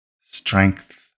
strength